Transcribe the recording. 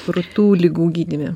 krūtų ligų gydyme